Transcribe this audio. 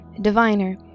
diviner